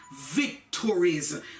victories